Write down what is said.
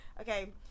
okay